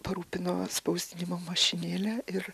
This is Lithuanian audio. parūpino spausdinimo mašinėlę ir